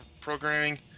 programming